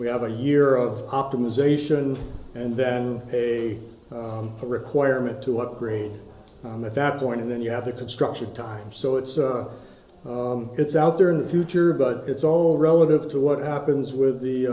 we have a year of optimization and then a requirement to upgrade on that point and then you have the construction time so it's it's out there in the future but it's all relative to what happens with the